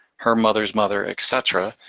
her mother's mother, et cetera.